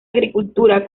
agricultura